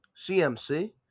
CMC